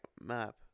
map